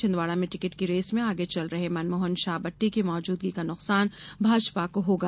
छिन्दवाड़ा में टिकट की रेस में आगे चल रहे मनमोहन शाह बट्टी की मौजद्गी का नुकसान भाजपा को होगा